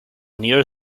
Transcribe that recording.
neo